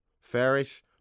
fairish